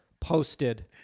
Posted